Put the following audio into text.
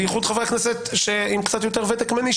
בייחוד חברי הכנסת שיש להם קצת יותר ותק ממני,